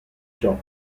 ciò